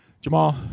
Jamal